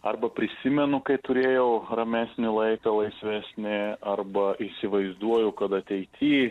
arba prisimenu kai turėjau ramesnį laiką laisvesnį arba įsivaizduoju kad ateity